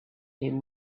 him